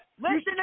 listen